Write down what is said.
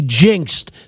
jinxed